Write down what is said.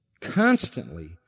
constantly